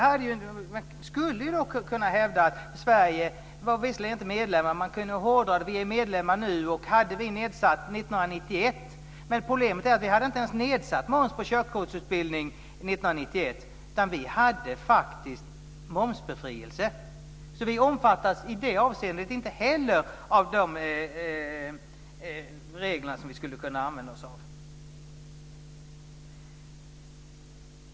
Man skulle då kunna hävda att Sverige visserligen inte var medlem, men att Sverige nu är medlem. Problemet är att vi inte hade nedsatt moms på körkortsutbildning 1991, utan vi hade faktiskt momsbefrielse. Vi omfattas i det avseendet inte heller av de regler som vi skulle kunna använda oss av.